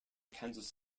kansas